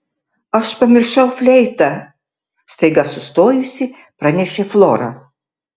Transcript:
aš pamiršau fleitą staiga sustojusi pranešė flora